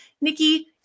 Nikki